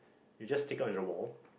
you just stick on the wall